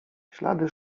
ślady